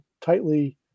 tightly